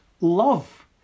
love